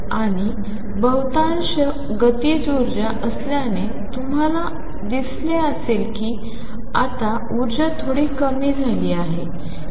आणि बहुतांश ऊर्जा गतीशील असल्याने तुम्हाला दिसेल की आता ऊर्जा थोडी कमी झाली आहे